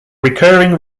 recurring